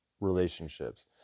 relationships